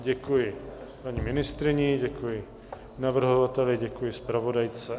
Děkuji paní ministryni, děkuji navrhovateli, děkuji zpravodajce.